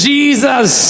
Jesus